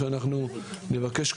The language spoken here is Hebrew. שנבקש,